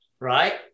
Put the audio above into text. Right